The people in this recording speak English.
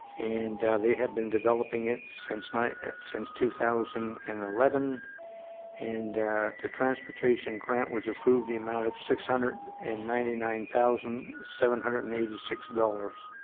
and they had been developing it since night since two thousand and eleven and the transportation grant was approved the amount of six hundred and ninety nine thousand seven hundred and eighty six dollars